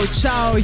ciao